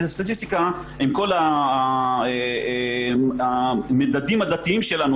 לסטטיסטיקה עם כל המדדים הדתיים שלנו,